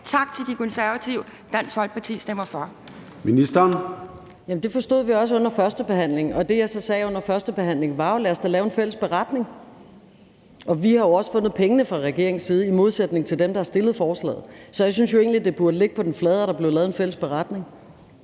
Tak til De Konservative. Dansk Folkeparti stemmer for.